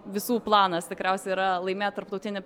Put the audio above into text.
visų planas tikriausiai yra laimėt tarptautinį